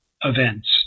events